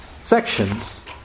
sections